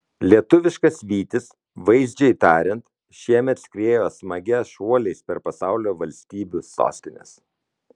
lietuviškas vytis vaizdžiai tariant šiemet skriejo smagia šuoliais per pasaulio valstybių sostines